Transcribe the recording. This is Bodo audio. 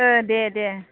ओ दे दे